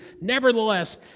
nevertheless